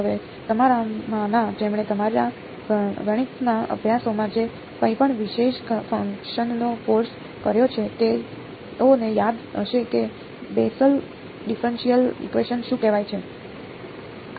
હવે તમારામાંના જેમણે તમારા ગણિતના અભ્યાસક્રમોમાં જે કંઈપણ વિશેષ ફંકશનનો કોર્સ કર્યો છે તેઓને યાદ હશે કે બેસલ ડિફરન્સિયલ ઇકવેશન શું કહેવાય છે